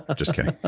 ah just kidding.